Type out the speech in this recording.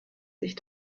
sich